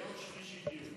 ביום שלישי דיון.